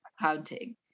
accounting